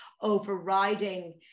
overriding